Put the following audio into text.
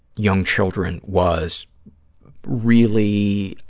young children was really